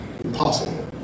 impossible